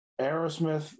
Aerosmith